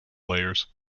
layers